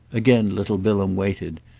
again little bilham waited,